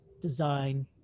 design